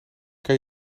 kan